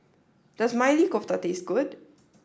does Maili Kofta taste good